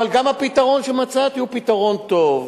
אבל גם הפתרון שמצאתי הוא פתרון טוב.